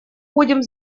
будем